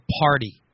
party